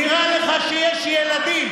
נראה לך שיש ילדים